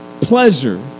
pleasure